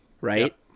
right